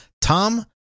Tom